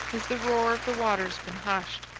has the roar of the waters been hushed.